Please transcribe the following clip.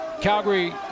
Calgary